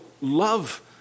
love